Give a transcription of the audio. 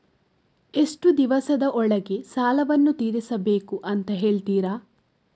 ಎಷ್ಟು ದಿವಸದ ಒಳಗೆ ಸಾಲವನ್ನು ತೀರಿಸ್ಬೇಕು ಅಂತ ಹೇಳ್ತಿರಾ?